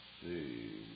see